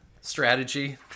strategy